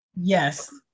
Yes